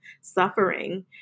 suffering